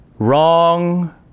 Wrong